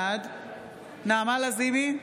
בעד נעמה לזימי,